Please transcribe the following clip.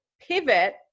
pivot